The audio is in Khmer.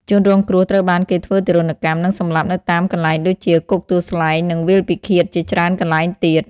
ជនរងគ្រោះត្រូវបានគេធ្វើទារុណកម្ម និងសម្លាប់នៅតាមកន្លែងដូចជា គុកទួលស្លែង និងវាលពិឃាតជាច្រើនកន្លែងទៀត។